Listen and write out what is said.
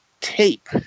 tape